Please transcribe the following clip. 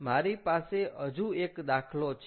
મારી પાસે હજુ એક દાખલો છે